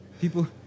People